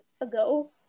ago